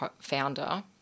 founder